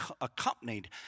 accompanied